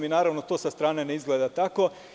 Naravno, to sa strane ne izgleda tako.